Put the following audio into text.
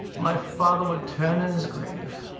my father would turn in his grave.